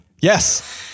Yes